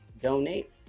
donate